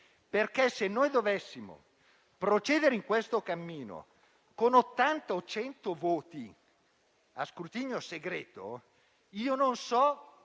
Se infatti dovessimo procedere in questo cammino, con 80 o 100 voti a scrutinio segreto, non so